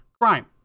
crime